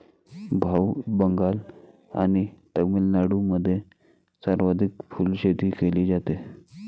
भाऊ, बंगाल आणि तामिळनाडूमध्ये सर्वाधिक फुलशेती केली जाते